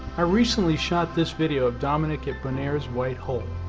i recently shot this video of dominique at bonaire's white hole.